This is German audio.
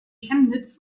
chemnitz